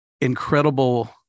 incredible